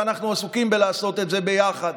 ואנחנו עסוקים בלעשות את זה ביחד.